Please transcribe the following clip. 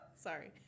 sorry